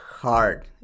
hard